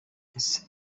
ese